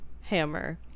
Hammer